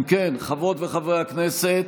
אם כן, חברות וחברי הכנסת,